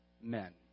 men